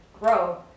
grow